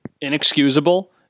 Inexcusable